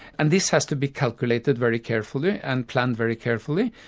and this has to be calculated very carefully and planned very carefully.